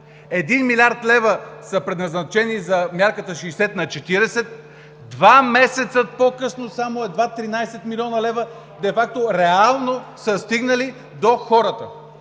Един милиард лева са предназначени за мярката 60/40 – два месеца по-късно едва 13 млн. лв. де факто реално са стигнали до хората!